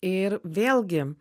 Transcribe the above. ir vėlgi